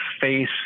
face